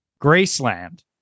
Graceland